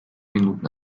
minuten